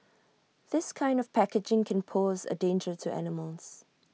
this kind of packaging can pose A danger to animals